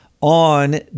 on